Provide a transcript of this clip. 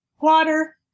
water